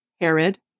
Herod